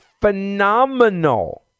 phenomenal